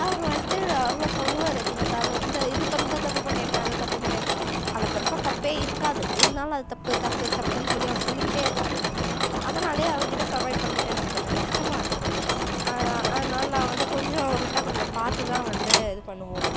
அவர் வந்துட்டு அவ்வளோ சொல்லுவார் எப்போ பார்த்தாலும் இந்த இது இந்த தப்பு பண்ணியிருக்க அந்த தப்பு பண்ணியிருக்க அதில் பெருசாக தப்பே இருக்காது இருந்தாலும் அது தப்பு தப்பு தப்புன்னு சொல்லி அவர் சொல்லிக்கிட்டே இருப்பார் அதனாலேயே அவருக்கிட்ட சர்வைவ் பண்ணுறது எங்களுக்கு கொஞ்சம் கஷ்டமாக இருக்கும் அதனால நான் வந்து கொஞ்சம் அவருகிட்ட கொஞ்சம் பார்த்து தான் வந்து இது பண்ணுவோம்